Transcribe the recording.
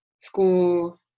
school